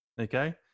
Okay